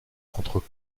entre